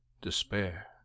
despair